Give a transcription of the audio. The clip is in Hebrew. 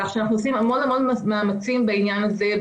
אנחנו עושים מאמצים רבים בעניין הזה.